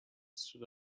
stood